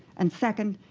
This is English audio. and second,